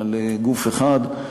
לגוף אחד.